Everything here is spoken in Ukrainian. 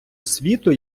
світу